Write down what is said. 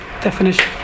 definition